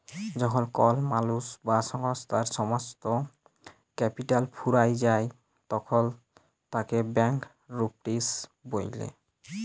যখল কল মালুস বা সংস্থার সমস্ত ক্যাপিটাল ফুরাঁয় যায় তখল তাকে ব্যাংকরূপটিসি ব্যলে